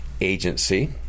agency